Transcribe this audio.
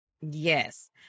yes